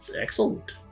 Excellent